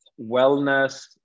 wellness